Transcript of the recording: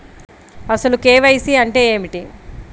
అసలు కే.వై.సి అంటే ఏమిటి?